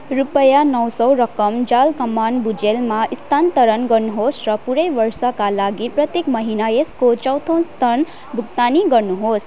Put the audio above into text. रुपियाँ नौ सौ रकम झलकमान भुजेलमा स्थानान्तरण गर्नु होस् र पुरै वर्षका लागि प्रत्येक महिना यसको चौथौ स्थान भुक्तानी गर्नु होस्